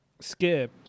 Skip